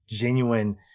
genuine